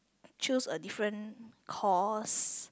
choose a different course